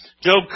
Job